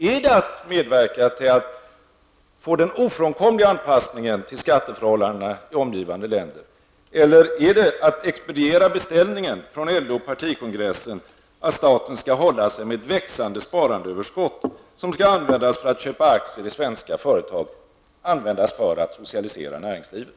Är det att medverka till att få den ofrånkomliga anpassningen till skatteförhållandena i omgivande länder, eller är det att expediera beställningen från LO och partikongressen att staten skall hålla sig med ett växande sparandeöverskott, som skall användas för att köpa aktier i svenska företag för att därigenom socialisera näringslivet?